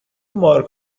مارک